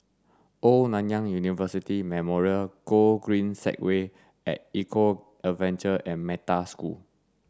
Old Nanyang University Memorial Gogreen Segway at Eco Adventure and Metta School